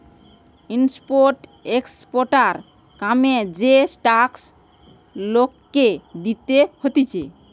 import exporter কামে যে tax লোককে দিতে হতিছে